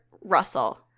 Russell